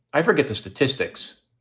i forget the statistics.